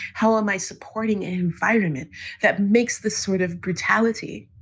how am i supporting an environment that makes the sort of brutality